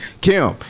Kim